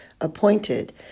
appointed